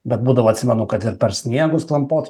bet būdavo atsimenu kad ir per sniegus klampot